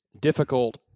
difficult